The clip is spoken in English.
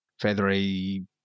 feathery